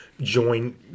join